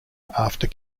after